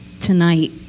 tonight